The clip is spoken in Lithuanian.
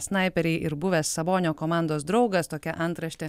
snaiperiai ir buvęs sabonio komandos draugas tokia antraštė